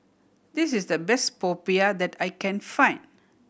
this is the best popiah that I can find